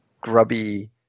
grubby